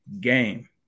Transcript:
game